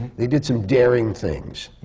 they did some daring things.